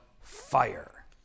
fire